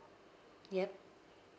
yup